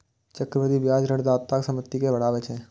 चक्रवृद्धि ब्याज ऋणदाताक संपत्ति कें बढ़ाबै छै